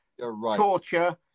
torture